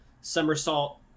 somersault